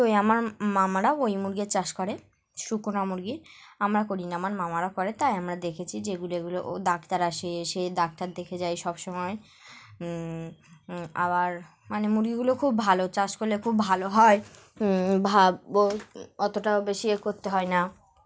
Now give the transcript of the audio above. তো আমার মামারাও ওই মুরগির চাষ করে সুগুনা মুরগি আমরা করি না আমার মামারা করে তাই আমরা দেখেছি যেগুলো এগুলো ও ডাক্তার আসে সে ডাক্তার দেখে যাই সব সময় আবার মানে মুরগিগুলো খুব ভালো চাষ করলে খুব ভালো হয় অতটাও বেশি এ করতে হয় না